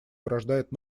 порождает